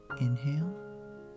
Inhale